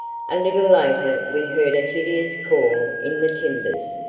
a little later we heard a hideous call in the timbers,